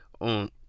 on